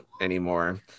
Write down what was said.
anymore